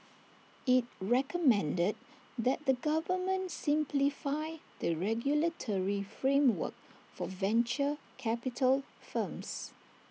IT recommended that the government simplify the regulatory framework for venture capital firms